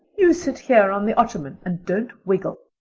you sit here on the ottoman and don't wiggle.